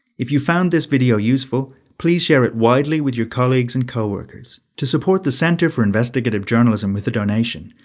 if you found this video useful, please share it widely with your colleagues and co-workers. to support the center for investigative journalism with a donation,